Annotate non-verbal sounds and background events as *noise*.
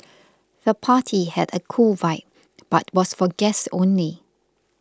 *noise* the party had a cool vibe but was for guests only